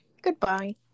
Goodbye